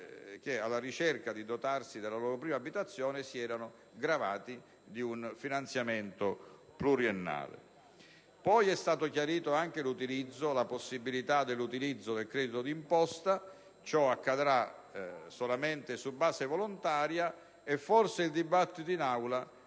alla ricerca della loro prima abitazione, si erano gravati di un finanziamento pluriennale. È stata anche chiarita la possibilità dell'utilizzo del credito d'imposta, che si avrà solamente su base volontaria, e forse il dibattito in Aula potrà